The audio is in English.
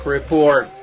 Report